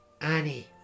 Annie